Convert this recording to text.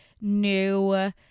new